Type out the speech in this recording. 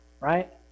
right